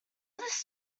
this